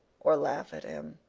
or laugh at him,